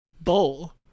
bowl